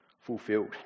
fulfilled